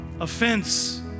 Offense